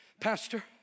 pastor